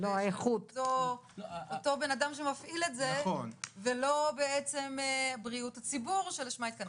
לאותו בן אדם שמפעיל את זה ולא בעצם בריאות הציבור שלשמה התכנסנו?